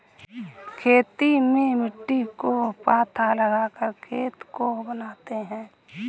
खेती में मिट्टी को पाथा लगाकर खेत को बनाते हैं?